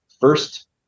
first